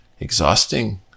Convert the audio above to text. exhausting